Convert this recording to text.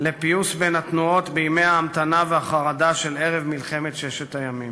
לפיוס בין התנועות בימי ההמתנה והחרדה של ערב מלחמת ששת הימים.